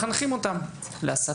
מחנכים אותה להסתה,